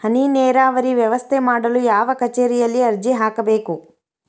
ಹನಿ ನೇರಾವರಿ ವ್ಯವಸ್ಥೆ ಮಾಡಲು ಯಾವ ಕಚೇರಿಯಲ್ಲಿ ಅರ್ಜಿ ಹಾಕಬೇಕು?